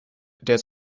der